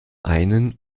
einen